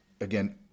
again